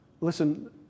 Listen